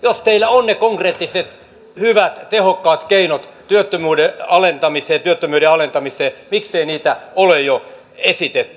jos teillä on ne konkreettiset hyvät tehokkaat keinot työttömyyden alentamiseen miksei niitä ole jo esitetty